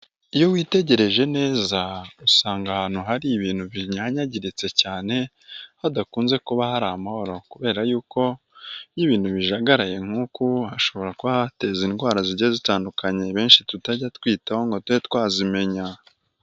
Iyo witegereje neza usanga ahantu hari ibintu binyanyangiritse cyane hadakunze kuba hari amahoro, kubera yuko iyo ibintu bijagaraye nkuku, hashobora kuba hateza indwara zigiye zitandukanye benshi tutajya twitaho ngo tube twazimenya.